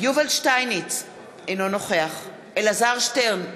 יובל שטייניץ, אינו נוכח אלעזר שטרן,